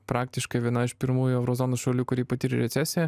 praktiškai viena iš pirmųjų euro zonos šalių kuri patyrė recesiją